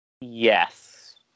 Yes